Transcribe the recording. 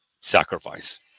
sacrifice